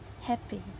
happy